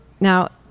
Now